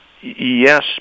Yes